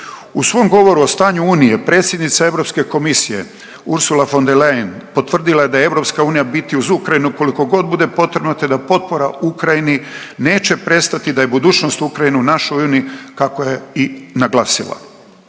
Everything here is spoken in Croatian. U svom govoru o stanju Unije predsjednica Europske komisija Ursula von der Leyen potvrdila je da je EU u biti uz Ukrajinu koliko god bude potrebno, te da potpora Ukrajini neće prestati, da je budućnost Ukrajine u našoj Uniji, kako je i naglasila.